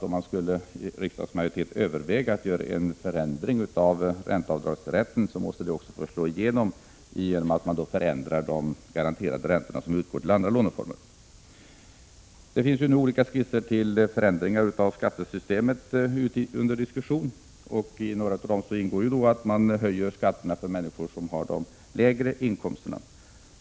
Om en riksdagsmajoritet överväger att göra en förändring av ränteavdragsrätten, så måste självfallet en sådan åtgärd få slå igenom på en förändring av de garanterade räntebidrag som utgår till andra låneformer. Det diskuteras nu olika skisser till förändring av skattesystemet. I några av dem ingår en höjning av skatterna för människor med lägre inkomster.